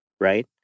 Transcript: Right